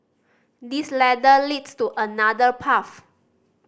this ladder leads to another path